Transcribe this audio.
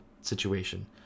situation